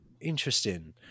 interesting